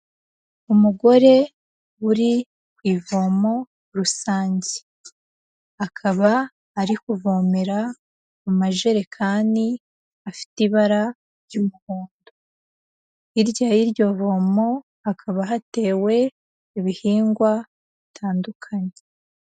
Umugore uri kw'ivomo rusange, akaba ari kuvomera mu majerekani afite ibara ry'umuhondo, hirya yiryo vomo hakaba hatewe ibihingwa bitandukanye.